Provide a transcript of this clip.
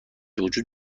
وجود